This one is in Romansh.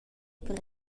per